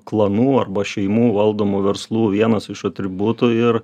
klanų arba šeimų valdomų verslų vienas iš atributų ir